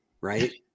Right